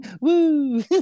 Woo